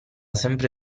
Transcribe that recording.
sempre